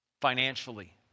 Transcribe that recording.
Financially